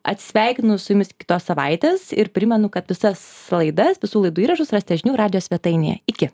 atsisveikinu su jumis kitos savaitės ir primenu kad visas laidas visų laidų įrašus rasite žinių radijo svetainėje iki